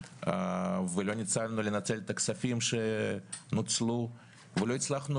לא הצלחנו לנצל את הכספים שהוקצו ולא הצלחנו